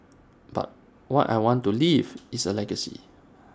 but what I want to leave is A legacy